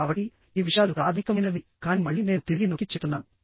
కాబట్టి ఈ విషయాలు ప్రాథమికమైనవికానీ మళ్ళీ నేను తిరిగి నొక్కి చెప్తున్నాను